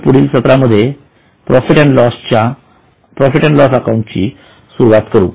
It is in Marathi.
आपल्या पुढील सत्रामध्ये आपण प्रॉफिट अँड लॉस अकाउंट ची सुरुवात कर